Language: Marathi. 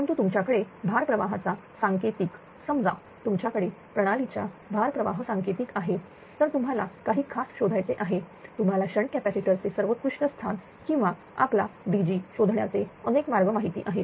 परंतु तुमच्याकडे भार प्रवाहाचा सांकेतिक समजा तुमच्याकडे प्रणालीच्या भार प्रवाह सांकेतिक आहे तर तुम्हाला काही खास शोधायचे आहे तुम्हाला शंट कॅपॅसिटर चे सर्वोत्कृष्ट स्थान किंवा आपला DG शोधण्याचे अनेक मार्ग माहिती आहेत